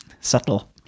Subtle